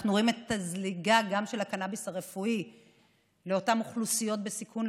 אנחנו רואים גם את הזליגה של הקנביס הרפואי לאותן אוכלוסיות בסיכון,